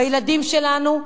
בילדים שלנו,